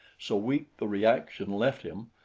so weak the reaction left him,